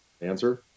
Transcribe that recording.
answer